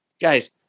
guys